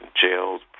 jails